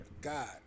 God